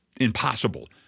Impossible